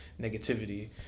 negativity